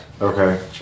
Okay